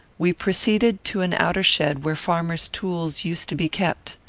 we proceeded to an outer shed where farmers' tools used to be kept.